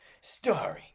starring